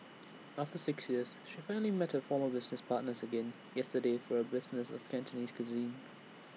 after six years she finally met her former business partners again yesterday for A business of Cantonese cuisine